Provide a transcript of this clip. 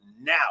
now